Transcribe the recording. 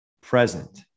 present